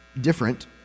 different